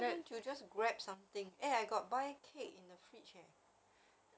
ya doesn't click on all the attachment lah